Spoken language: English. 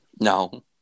No